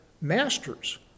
Masters